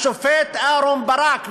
השופט אהרן ברק,